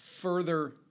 further